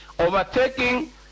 overtaking